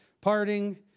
parting